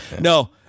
No